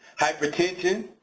hypertension,